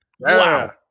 Wow